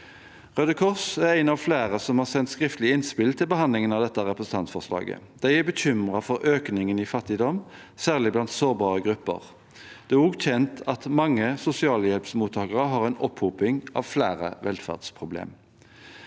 Røde Kors er en av flere som har sendt skriftlig innspill til behandlingen av dette representantforslaget. De er bekymret for økningen i fattigdom, særlig blant sårbare grupper. Det er òg kjent at mange sosialhjelpsmottakere har en opphoping av flere velferdsproblemer.